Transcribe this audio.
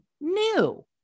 new